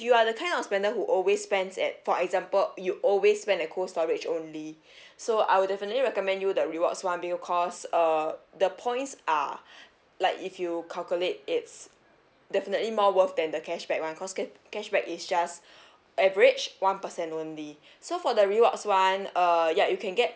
you are the kind of spender who always spends at for example you always spend at cold storage only so I would definitely recommend you the rewards [one] because uh the points are like if you calculate it's definitely more worth than the cashback [one] cause ca~ cashback is just average one percent only so for the rewards [one] uh ya you can get